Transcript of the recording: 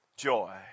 joy